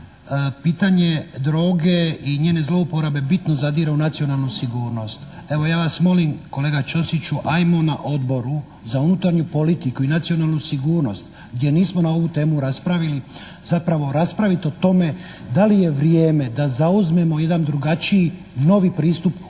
pitanje droge i njene zlouporabe bitno zadire u nacionalnu sigurnost. Evo ja vas molim, kolega Ćosiću, ajmo na Odboru za unutarnju politiku i nacionalnu sigurnost gdje nismo na ovu temu raspravili, zapravo raspraviti o tome da li je vrijeme da zauzmemo jedan drugačiji novi pristup u borbi